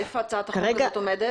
איפה הצעת החוק הזאת עומדת?